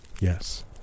Yes